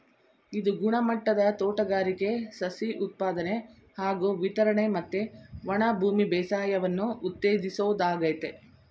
ಇದು ಗುಣಮಟ್ಟದ ತೋಟಗಾರಿಕೆ ಸಸಿ ಉತ್ಪಾದನೆ ಹಾಗೂ ವಿತರಣೆ ಮತ್ತೆ ಒಣಭೂಮಿ ಬೇಸಾಯವನ್ನು ಉತ್ತೇಜಿಸೋದಾಗಯ್ತೆ